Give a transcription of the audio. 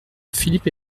philippe